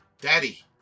daddy